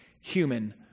human